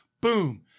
boom